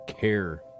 care